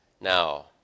Now